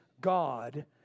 God